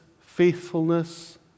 faithfulness